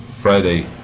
Friday